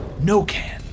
No-Can